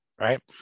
right